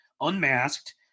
unmasked